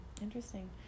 Interesting